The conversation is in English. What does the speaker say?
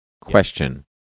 question